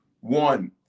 One